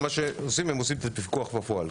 והם עושים את הפיקוח בפועל.